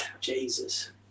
Jesus